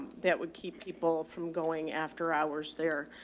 that would keep people from going after hours there.